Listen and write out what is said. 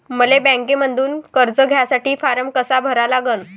मले बँकेमंधून कर्ज घ्यासाठी फारम कसा भरा लागन?